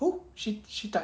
who she she tak